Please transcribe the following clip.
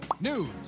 news